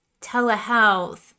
telehealth